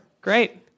Great